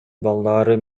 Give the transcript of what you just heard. балдары